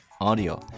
audio